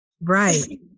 right